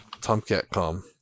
Tomcat.com